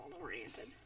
oriented